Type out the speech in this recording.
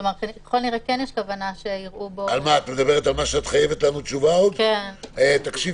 זה חוב שאתם חייבים לנו, בינתיים בואו נמשיך.